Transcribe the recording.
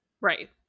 Right